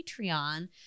Patreon